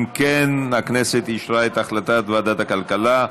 אם כן, הכנסת אישרה את הצעת ועדת הכלכלה.